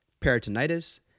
peritonitis